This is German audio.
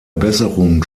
besserung